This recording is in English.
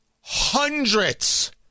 hundreds